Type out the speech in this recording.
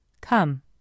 Come